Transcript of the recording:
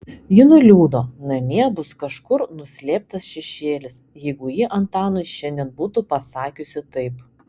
ji nuliūdo namie bus kažkur nuslėptas šešėlis jeigu ji antanui šiandien būtų pasakiusi taip